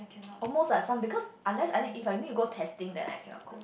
almost like some because unless I need if I need to go testing then I cannot cook